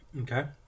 Okay